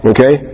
Okay